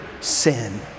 sin